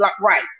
right